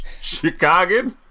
Chicago